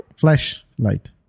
flashlight